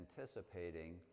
anticipating